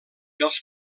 els